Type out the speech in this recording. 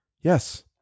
yes